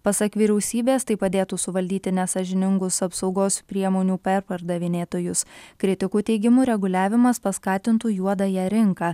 pasak vyriausybės tai padėtų suvaldyti nesąžiningus apsaugos priemonių perpardavinėtojus kritikų teigimu reguliavimas paskatintų juodąją rinką